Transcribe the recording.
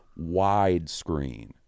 widescreen